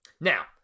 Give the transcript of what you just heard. Now